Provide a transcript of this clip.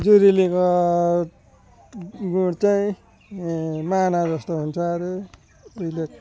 जुरेलीको गुँड चाहिँ ए माना जस्तो हुन्छ अरे उहिले